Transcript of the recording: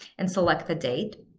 and select the date.